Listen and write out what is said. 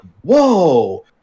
whoa